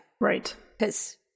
Right